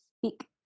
speak